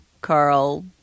Carl